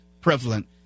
prevalent